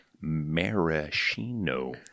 Maraschino